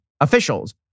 officials